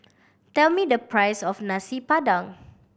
tell me the price of Nasi Padang